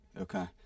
okay